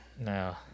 No